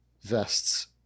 vests